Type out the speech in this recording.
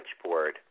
switchboard